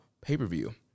pay-per-view